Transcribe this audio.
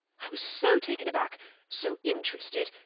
i was so taken aback so interested,